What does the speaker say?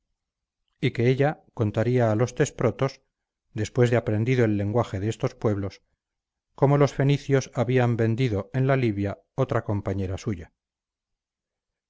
y que ella contaría a los tesprotos después de aprendido el lenguaje de estos pueblos cómo los fenicios habían vendido en la libia otra compañera suya